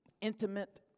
intimate